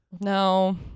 No